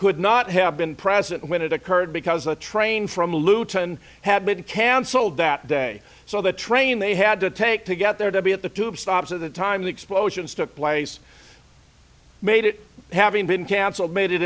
could not have been present when it occurred because the train from luton had been cancelled that day so the train they had to take to get there to be at the tube stops at the time the explosions took place made it having been cancelled made it